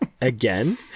again